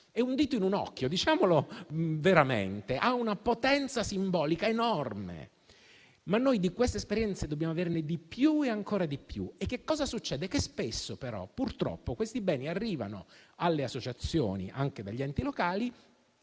È un dito in un occhio, ha veramente una potenza simbolica enorme, ma noi di queste esperienze dobbiamo averne sempre di più. Quello che succede è che spesso, però, purtroppo, quei beni arrivano alle associazioni anche dagli enti locali,